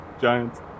Giants